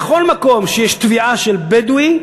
בכל מקום שיש תביעה של בדואי,